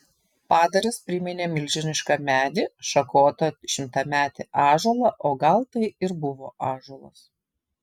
padaras priminė milžinišką medį šakotą šimtametį ąžuolą o gal tai ir buvo ąžuolas